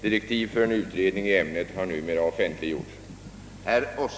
Direktiv för en utredning i ämnet har numera offentliggjorts.